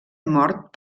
mort